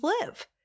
live